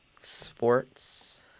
Sports